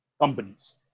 Companies